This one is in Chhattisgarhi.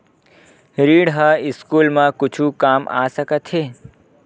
ऋण ह स्कूल मा कुछु काम आ सकत हे?